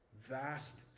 vast